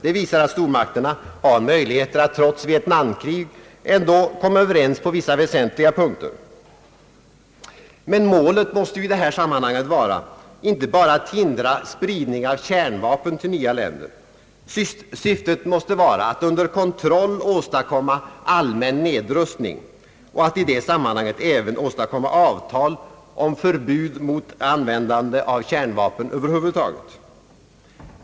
Det visar att stormakterna har möjligheter att trots Vietnamkriget komma överens om vissa väsentliga punkter. Men målet måste i detta sammanhang vara inte bara att hindra spridning av kärnvapen till nya länder, Syftet måste vara att under kontroll åstadkomma allmän nedrustning och att i detta sammanhang även få avtal om förbud mot användande av kärnvapen över huvud taget.